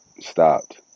stopped